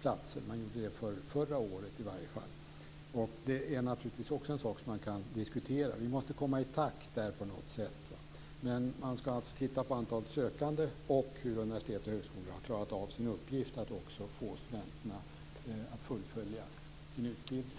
platser. Det gjorde man i alla fall förra året. Det är naturligtvis också en sak som man kan diskutera. Vi måste komma i takt på något sätt. Men man ska alltså titta på antalet sökande och hur universitet och högskolor har klarat av sin uppgift att få studenterna att fullfölja sin utbildning.